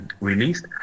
released